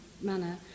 manner